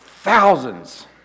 Thousands